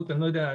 אני לא יודע,